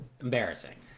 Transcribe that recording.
embarrassing